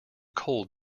cold